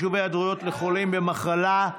(חישוב היעדרות לחולים במחלה קשה)